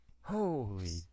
Holy